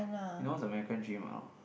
you know what's America Dream or not